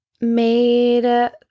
made